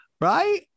Right